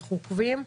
אנחנו עוקבים.